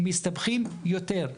מסתבכים יותר,